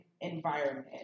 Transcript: environment